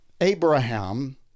Abraham